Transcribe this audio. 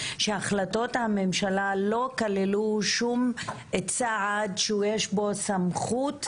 שהחלטות הממשלה לא כללו שום צעד שיש בו סמכות לביצוע.